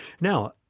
Now